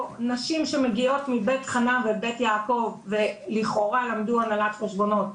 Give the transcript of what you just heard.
או נשים שמגיעות מבית חנה ובית יעקב ולכאורה למדו הנהלת חשבונות,